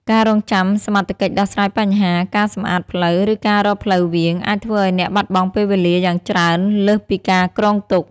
ការរង់ចាំសមត្ថកិច្ចដោះស្រាយបញ្ហា ការសម្អាតផ្លូវ ឬការរកផ្លូវវាង អាចធ្វើឱ្យអ្នកបាត់បង់ពេលវេលាយ៉ាងច្រើនលើសពីការគ្រោងទុក។